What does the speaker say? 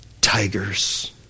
tigers